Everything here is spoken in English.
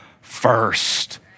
first